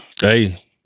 Hey